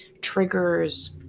triggers